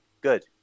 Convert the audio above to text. Good